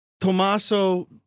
Tommaso